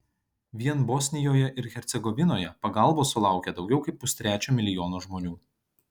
vien bosnijoje ir hercegovinoje pagalbos sulaukė daugiau kaip pustrečio milijono žmonių